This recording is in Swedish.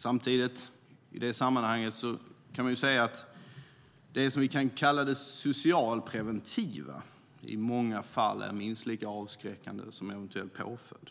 Samtidigt kan man i det sammanhanget säga att det som vi kan kalla för det socialpreventiva i många fall är minst lika avskräckande som en eventuell påföljd,